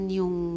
yung